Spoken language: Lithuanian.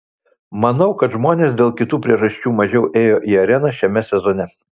manau kad žmonės dėl kitų priežasčių mažiau ėjo į areną šiame sezone